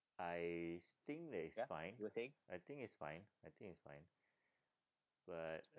I think that is fine I think it's fine I think it's fine but